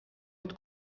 wat